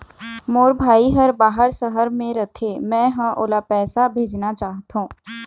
मोर भाई हर बाहर शहर में रथे, मै ह ओला पैसा भेजना चाहथों